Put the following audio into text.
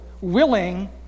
willing